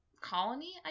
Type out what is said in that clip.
colony